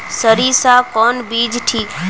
सरीसा कौन बीज ठिक?